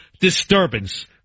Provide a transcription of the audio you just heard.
disturbance